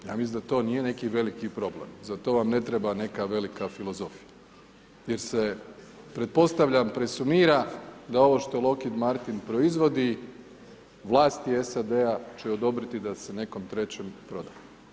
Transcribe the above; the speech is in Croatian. Ja mislim da to nije neki veliki problem, za to vam ne treba neka velika filozofija jer se, pretpostavljam, presumira da ovo što Lokin Martin proizvodi, vlasti SAD-a će odobriti da se nekom trećem proda.